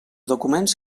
documents